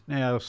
now